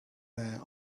there